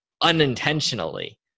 unintentionally